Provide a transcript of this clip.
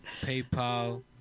PayPal